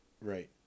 Right